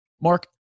Mark